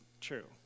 true